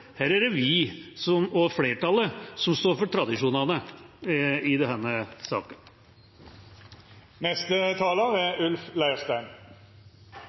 er det vi – og flertallet – som står for tradisjonene. Når vi i